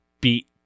beat